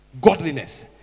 Godliness